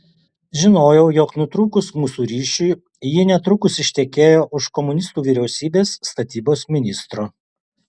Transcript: žinojau jog nutrūkus mūsų ryšiui ji netrukus ištekėjo už komunistų vyriausybės statybos ministro